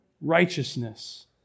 righteousness